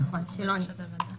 נכון, לבקשת הוועדה.